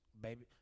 baby